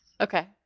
Okay